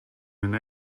and